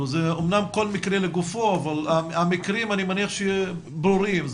אמנם כל מקרה לגופו אבל אני מניח שהמקרים צריכים להיות ברורים,